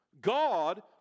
God